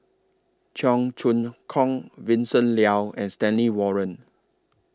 Cheong Choong Kong Vincent Leow and Stanley Warren